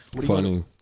Funny